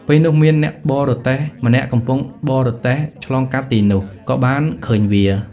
ពេលនោះមានអ្នកបរទេះម្នាក់កំពុងបរទេះឆ្លងកាត់ទីនោះ ក៏បានឃើញវា។